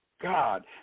God